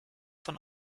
von